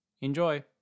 Enjoy